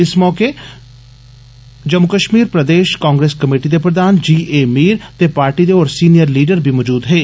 इस मौके जम्मू कष्मीर प्रदेष कांग्रेस कमेटी दे प्रधान जी ए मीर ते पार्टी दे होर सीनियर लीडर बी मौजूद हे